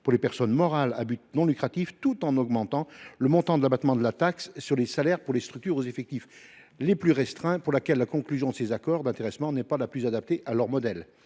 pour les personnes morales à but non lucratif, tout en augmentant le montant de l’abattement de la taxe sur les salaires pour les structures aux effectifs les plus retreints, la conclusion de ces accords d’intéressement n’étant pas la plus adaptée à leur modèle.